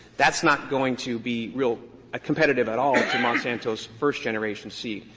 that's not going to be real competitive at all to monsanto's first generation seed.